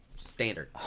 Standard